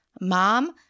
mom